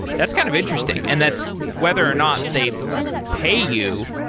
that's kind of interesting. and that's whether or not they pay you,